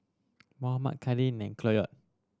Mohammad Kadin Cloyd